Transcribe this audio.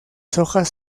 hojas